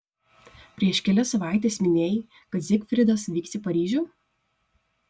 prieš kelias savaites minėjai kad zigfridas vyks į paryžių